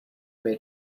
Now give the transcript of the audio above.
may